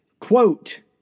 quote